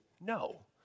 No